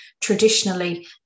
traditionally